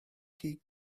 chi